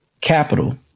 capital